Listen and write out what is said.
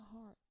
heart